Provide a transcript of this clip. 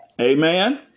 Amen